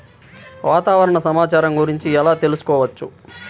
వాతావరణ సమాచారం గురించి ఎలా తెలుసుకోవచ్చు?